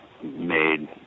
made